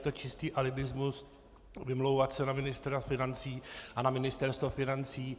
Je to čistý alibismus vymlouvat se na ministra financí a na Ministerstvo financí.